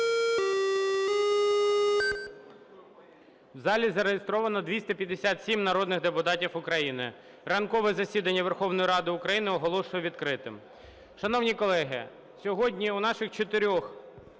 В залі зареєстровано 257 народних депутатів України. Ранкове засідання Верховної Ради України оголошую відкритим. Шановні колеги, сьогодні у наших чотирьох